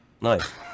Nice